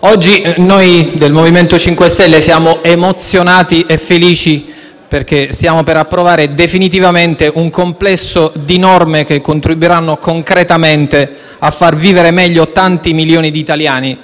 oggi noi del Movimento 5 Stelle siamo emozionati e felici perché stiamo per approvare definitivamente un complesso di norme che contribuiranno concretamente a far vivere meglio tanti milioni di italiani